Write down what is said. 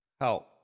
help